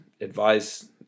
advice